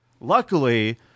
Luckily